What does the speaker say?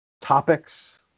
topics